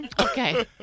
Okay